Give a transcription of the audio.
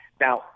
Now